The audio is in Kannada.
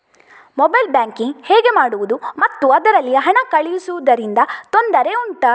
ಮೊಬೈಲ್ ಬ್ಯಾಂಕಿಂಗ್ ಹೇಗೆ ಮಾಡುವುದು ಮತ್ತು ಅದರಲ್ಲಿ ಹಣ ಕಳುಹಿಸೂದರಿಂದ ತೊಂದರೆ ಉಂಟಾ